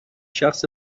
شخص